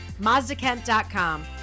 mazdakent.com